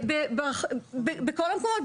בכל המקומות,